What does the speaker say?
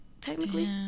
Technically